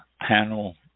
panel